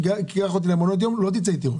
תיקח אותי למעונות יום לא תצא איתי ראש,